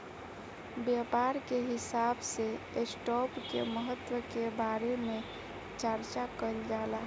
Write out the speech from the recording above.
व्यापार के हिसाब से स्टॉप के महत्व के बारे में चार्चा कईल जाला